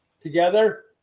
together